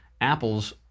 apples